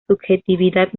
subjetividad